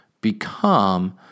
become